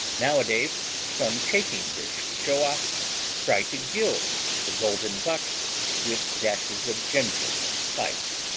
nowadays some chafing dish show-offs try to gild the golden buck with dashes of ginger and spice.